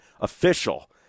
official